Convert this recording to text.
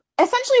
essentially